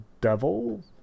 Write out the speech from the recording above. devil